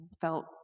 felt